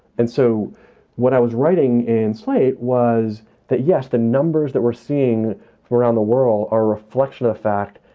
and so what i was writing in slate was that, yes, the numbers that we're seeing from around the world are a reflection of fact,